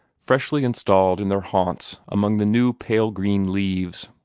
freshly installed in their haunts among the new pale-green leaves!